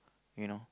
you know